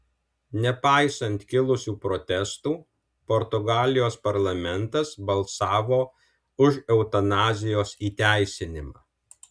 nepaisant kilusių protestų portugalijos parlamentas balsavo už eutanazijos įteisinimą